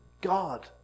God